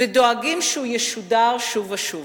ודואגים שהוא ישודר שוב ושוב.